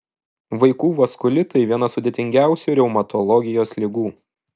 vaikų vaskulitai viena sudėtingiausių reumatologijos ligų